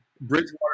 Bridgewater